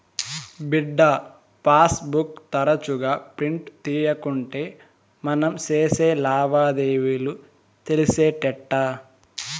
బిడ్డా, pass book తరచుగా print తీయకుంటే మనం సేసే లావాదేవీలు తెలిసేటెట్టా